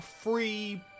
free